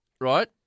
right